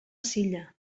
silla